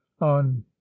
on